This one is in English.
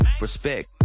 Respect